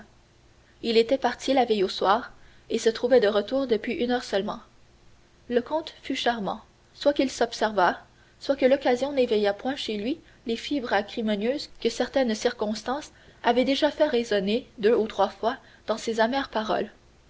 il était parti la veille au soir et se trouvait de retour depuis une heure seulement le comte fut charmant soit qu'il s'observât soit que l'occasion n'éveillât point chez lui les fibres acrimonieuses que certaines circonstances avaient déjà fait résonner deux ou trois fois dans ses amères paroles